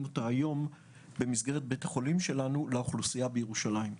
היום במסגרת בית החולים שלנו לאוכלוסייה בירושלים.